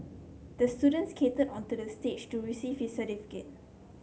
the student skated onto the stage to receive his certificate